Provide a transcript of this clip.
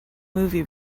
movie